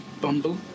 Bumble